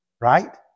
Right